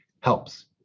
helps